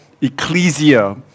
Ecclesia